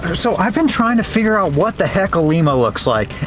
so i've been trying to figure out what the heck lima looks like.